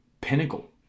pinnacle